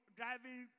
driving